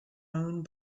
owned